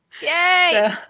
Yay